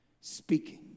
speaking